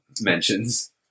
mentions